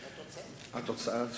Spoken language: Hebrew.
נכון.